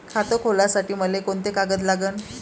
खात खोलासाठी मले कोंते कागद लागन?